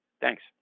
thanks